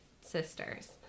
sisters